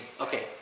Okay